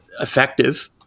effective